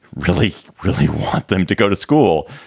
really, really want them to go to school.